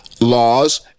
Laws